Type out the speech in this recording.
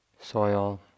soil